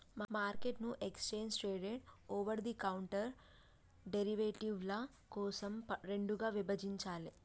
మార్కెట్ను exchange traded, over the counter డెరివేటివ్ల కోసం రెండుగా విభజించాలే